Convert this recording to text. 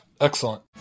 excellent